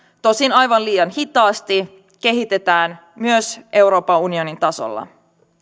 tosin aivan liian hitaasti kehitetään myös euroopan unionin tasolla